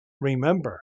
Remember